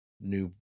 new